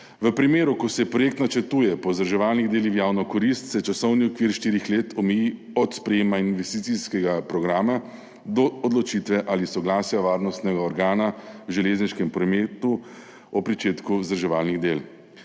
V primeru, ko se projekt načrtuje po vzdrževalnih delih v javno korist, se časovni okvir štirih let omeji od sprejetja investicijskega programa do odločitve ali soglasja varnostnega organa v železniškem prometu o pričetku vzdrževalnih del.